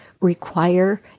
require